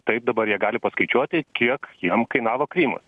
taip dabar jie gali paskaičiuoti kiek jiem kainavo krymas